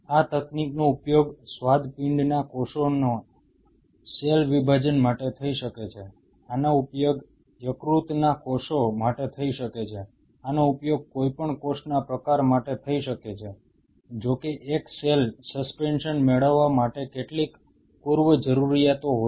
આ તકનીકનો ઉપયોગ સ્વાદુપિંડના કોષોના સેલ વિભાજન માટે થઈ શકે છે આનો ઉપયોગ યકૃતના કોષો માટે થઈ શકે છે આનો ઉપયોગ કોઈપણ કોષના પ્રકાર માટે થઈ શકે છે જો કે એક જ સેલ સસ્પેન્શન મેળવવા માટે કેટલીક પૂર્વજરૂરીયાતો હોય